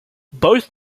both